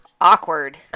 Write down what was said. Awkward